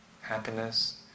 happiness